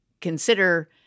consider